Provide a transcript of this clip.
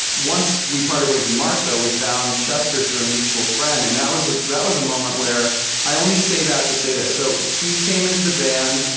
once we parted ways with mark though, we found chester through a mutual friend. and that was ah that was a moment where i only say that to say this so he came into the band,